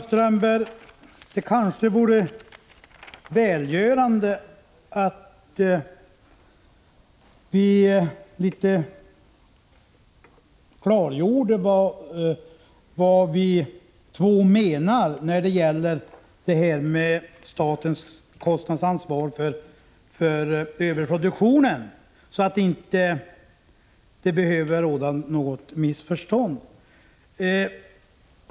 Det vore kanske välgörande, Håkan Strömberg, om vi klargjorde vad vi två menar när det gäller statens kostnadsansvar för överproduktionen, så att det inte behöver råda något missförstånd.